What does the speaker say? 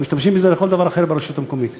היו משתמשים בזה לכל דבר אחר ברשות המקומית,